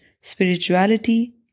spirituality